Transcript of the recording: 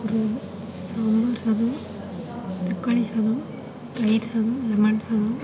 ஒரு சாம்பார் சாதம் தக்காளி சாதம் தயிர் சாதம் லெமன் சாதம்